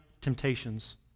temptations